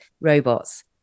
robots